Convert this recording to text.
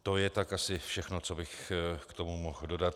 To je tak asi všechno, co bych k tomu mohl dodat.